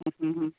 ଆଉ ସ୍ପିଡ଼ ନାହିଁ